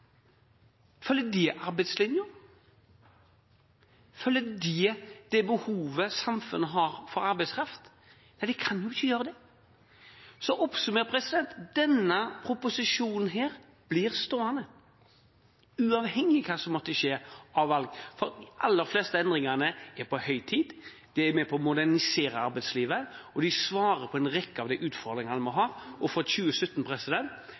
Følger det arbeidslinjen? Følger det det behovet som samfunnet har for arbeidskraft? Nei, det kan ikke gjøre det. Oppsummert blir denne proposisjonen stående uavhengig av hva som måtte skje av valg, for det er på høy tid med de aller fleste endringene. De er med på å modernisere arbeidslivet, og de svarer på en rekke av de utfordringen vi har. Og for 2017,